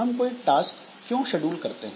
हम कोई टास्क क्यों शेड्यूल करते हैं